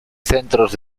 centros